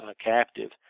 captive